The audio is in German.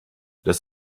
das